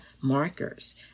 markers